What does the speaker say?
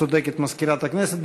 צודקת מזכירת הכנסת,